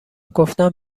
گفتم